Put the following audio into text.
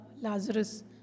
Lazarus